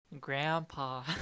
Grandpa